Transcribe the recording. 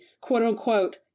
quote-unquote